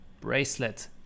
bracelet